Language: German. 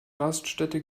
raststätte